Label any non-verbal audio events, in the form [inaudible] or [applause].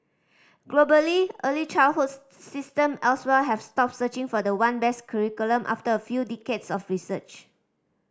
globally early childhood [unintelligible] system elsewhere have stopped searching for the one best curriculum after a few decades of research